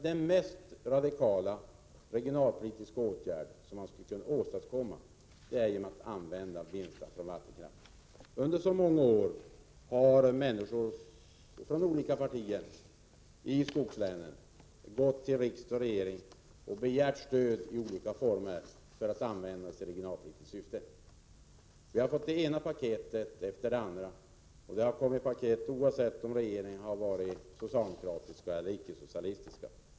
Den mest radikala regionalpolitiska åtgärd som skulle kunna åstadkommas är att man använder vinsterna från vattenkraften. Under många år har människor i skogslänen från olika partier vänt sig till riksdag och regering och begärt stöd i olika former att användas i regionalpolitiskt syfte. Vi har fått det ena paketet efter det andra — det har kommit paket oavsett om regeringen har varit socialdemokratisk eller icke-socialistisk.